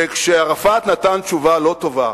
שכשערפאת נתן תשובה לא טובה,